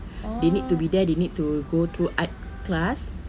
they need to be there they need to go through art class